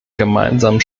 gemeinsamen